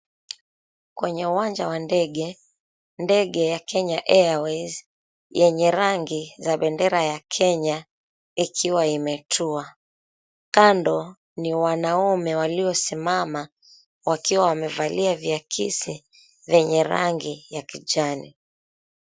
Kwenye uwanja wa ndege, ndege ya Kenya Airways yenye rangi za bendera ya Kenya ikiwa imetua. Kando ni wanaume waliosimama wakiwa wamevalia viakisi vyenye rangi ya kijani.